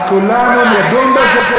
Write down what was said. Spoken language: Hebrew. אז כולנו נדון בזה,